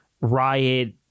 riot